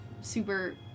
super